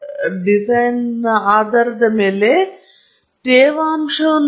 ಮತ್ತು ಇದು ಬಹಳ ಮುಖ್ಯವಾಗಿದೆ ಏಕೆಂದರೆ ನೀವು ತಿಳಿದುಕೊಳ್ಳಬೇಕಾದರೆ ನೀವು ಸರಳವಾಗಿ ಏನನ್ನಾದರೂ ಹೇಳಿದ್ದೀರಿ